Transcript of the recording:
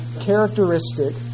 characteristic